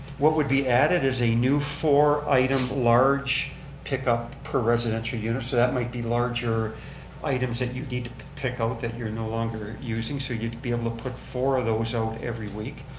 what would be added is a new four item, large pickup per residential units. that might be larger items that you need to pick out that you're no longer using so you'd be able to put four of those out every week.